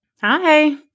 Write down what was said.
Hi